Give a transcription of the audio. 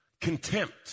Contempt